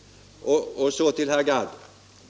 Så till herr Gadd.